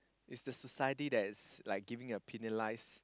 it's the society that is like giving a penalize